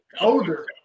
Older